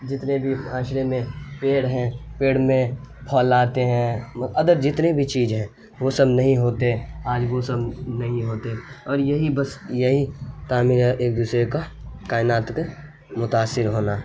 جتنے بھی معاشرے میں پیڑ ہیں پیڑ میں پھل آتے ہیں ادر جتنے بھی چیز ہیں وہ سب نہیں ہوتے آج وہ سب نہیں ہوتے اور یہی بس یہی تعمیر ایک دوسرے کا کائنات کے متاثر ہونا